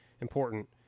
important